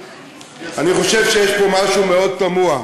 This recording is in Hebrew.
אני חושב שיש פה משהו מאוד תמוה.